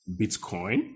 Bitcoin